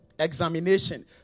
examination